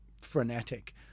frenetic